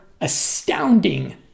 astounding